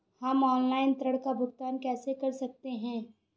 हम ऑनलाइन ऋण का भुगतान कैसे कर सकते हैं?